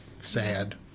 sad